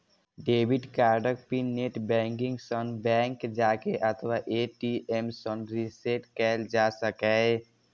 debit कार्डक PIN net banking सं, bank जाके अथवा ए.टी.एम सं रीसेट कैल जा सकैए